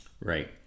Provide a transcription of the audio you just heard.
Right